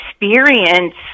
experience